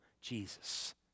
Jesus